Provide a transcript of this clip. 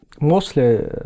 Mostly